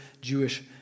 Jewish